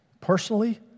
Personally